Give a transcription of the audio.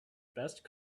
best